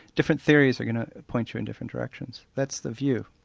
different theories but you know point you in different directions. that's the view.